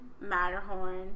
Matterhorn